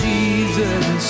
Jesus